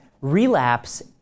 relapse